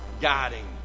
guiding